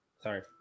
Sorry